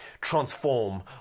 transform